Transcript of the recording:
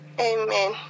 Amen